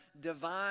divine